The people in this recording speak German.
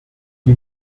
die